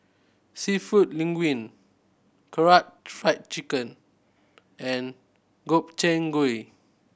Seafood Linguine Karaage Fried Chicken and Gobchang Gui